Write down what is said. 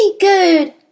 good